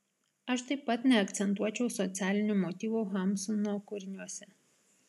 aš taip pat neakcentuočiau socialinių motyvų hamsuno kūriniuose